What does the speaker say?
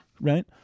right